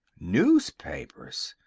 newspapers!